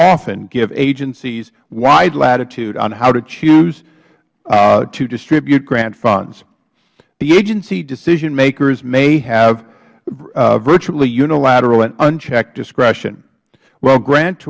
often give agencies wide latitude on how to chose to distribute grant funds the agencys decision makers may have virtually unilateral and unchecked discretion while grant